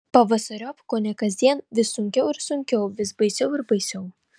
pavasariop kone kasdien vis sunkiau ir sunkiau vis baisiau ir baisiau